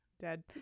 dead